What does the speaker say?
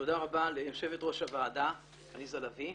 תודה רבה ליושבת ראש הוועדה עליזה לביא.